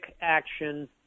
action